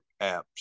apps